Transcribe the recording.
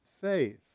faith